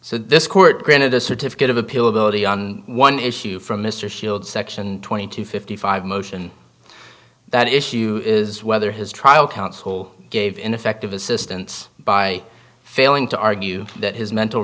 so this court granted a certificate of appeal ability on one issue from mr shield section twenty two fifty five motion that issue is whether his trial counsel gave ineffective assistance by failing to argue that his mental